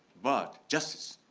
but just